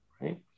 right